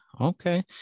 okay